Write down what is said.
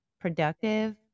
productive